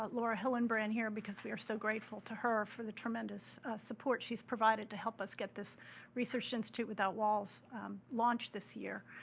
laura hilenbran here because we are so grateful to her for the tremendous support she's provided to help up get this research institute without walls launch this year.